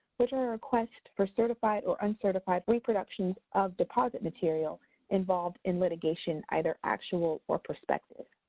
which are a request for certified or uncertified reproductions of deposit material involved in litigation, either actual or perspective.